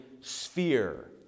sphere